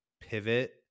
pivot